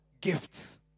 gifts